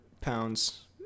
pounds